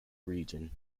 region